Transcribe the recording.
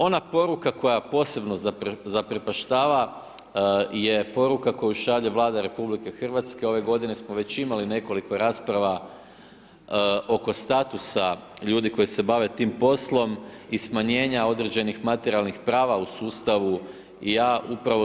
Ona poruka koja posebno zaprepaštava je poruka koju šalje Vlada RH, ove godine smo već imali nekoliko rasprava oko statusa ljudi koji se bave tim poslom i smanjenja određenih materijalnih prava u sustavu materijalnih prava u sustavu.